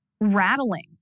rattling